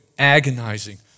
agonizing